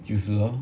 就是 lor